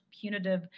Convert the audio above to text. punitive